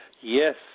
Yes